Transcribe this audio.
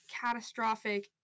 catastrophic